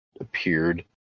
appeared